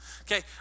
Okay